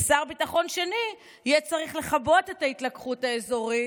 ושר ביטחון יהיה צריך לכבות את ההתלקחות האזורית?